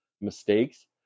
mistakes